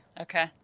Okay